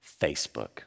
Facebook